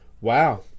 wow